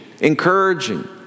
encouraging